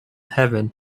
heaven